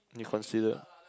you consider